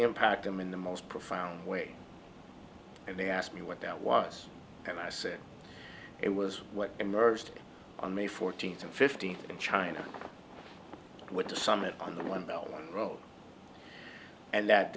impact them in the most profound way and they asked me what that was and i said it was what emerged on may fourteenth and fifteenth in china with the summit on the one that